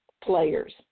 players